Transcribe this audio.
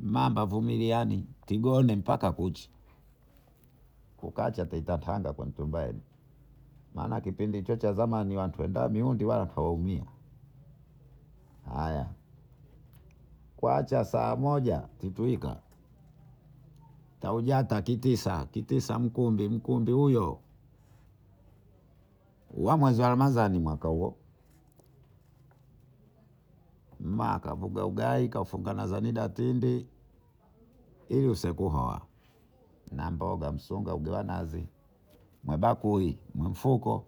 Mambavumiliani kugone mbaka kuche. Kukacha kantachanga kantubae maana kipindi hicho cha zamani wantwenda mihundi wala twaumia ayaa kuacha saa moja kitwuka kaujata kitisa kitisa mkumbi mkumbi huyo wa mwenzi wa ramadhani mwaka huo maa kafuga ugai kafuga nazanidatindi ili usekohoa na mboga msuga usekuwanazi mwabakuli mwamfuko